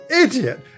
idiot